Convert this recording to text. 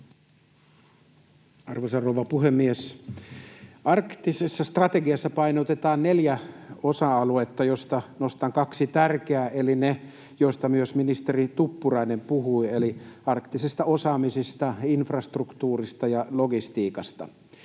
Arvoisa rouva puhemies! Arktisessa strategiassa painotetaan neljää osa-aluetta, joista nostan kaksi tärkeää eli ne, joista myös ministeri Tuppurainen puhui, eli arktisesta osaamisesta ja infrastruktuurista ja logistiikasta.